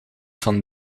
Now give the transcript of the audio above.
van